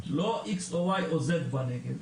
נקודות מסוימות בנגב,